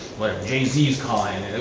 jay-z's calling.